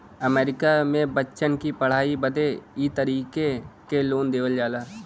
अमरीका मे बच्चन की पढ़ाई बदे ई तरीके क लोन देवल जाला